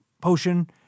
potion